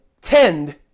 tend